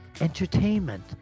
entertainment